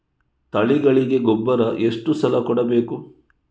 ತಳಿಗಳಿಗೆ ಗೊಬ್ಬರ ಎಷ್ಟು ಸಲ ಕೊಡಬೇಕು?